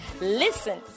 Listen